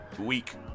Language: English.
week